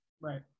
right